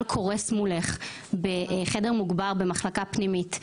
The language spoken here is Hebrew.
שקורס מולך בחדר מוגבר במחלקה פנימית,